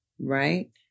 Right